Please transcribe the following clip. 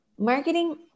marketing